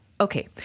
okay